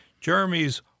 Jeremy's